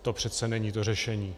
To přece není vyřešení.